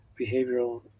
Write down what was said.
behavioral